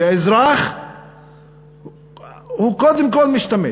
שהאזרח הוא קודם כול משתמט.